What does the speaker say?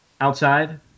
outside